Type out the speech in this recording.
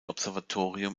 observatorium